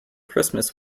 christmas